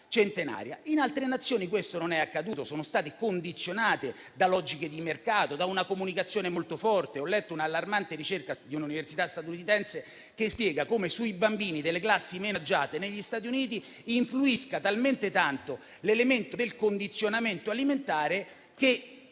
centenaria. In altre Nazioni questo non è accaduto, perché sono state condizionate da logiche di mercato e da una comunicazione molto forte. Ho letto l'allarmante ricerca di un'università statunitense che spiega come sui bambini delle classi meno agiate negli Stati Uniti influisca talmente tanto l'elemento del condizionamento alimentare che